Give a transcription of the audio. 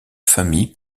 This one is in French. famille